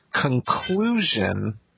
conclusion